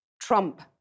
trump